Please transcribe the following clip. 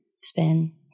Spin